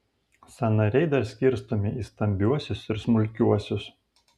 sąnariai dar skirstomi į stambiuosius ir smulkiuosius